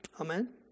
Amen